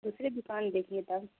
دوسرے دوکان دیکھیے تب